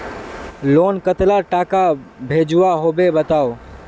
Loan कतला टाका भेजुआ होबे बताउ?